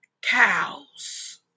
cows